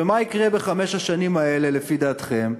ומה יקרה בחמש השנים האלה, לפי דעתכם?